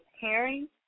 hearing